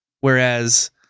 Whereas